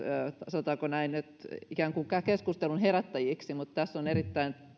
sanotaanko näin ikään kuin keskustelun herättäjiksi mutta tässä on erittäin